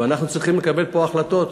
ואנחנו צריכים לקבל פה החלטות.